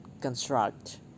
construct